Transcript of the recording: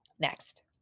Next